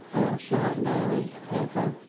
ah shan't marry ever.